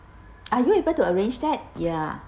are you able to arrange that ya